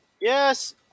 Yes